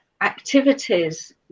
activities